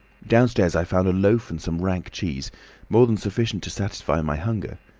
downstairs i found a loaf and some rank cheese more than sufficient to satisfy my hunger.